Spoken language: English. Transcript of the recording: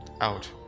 out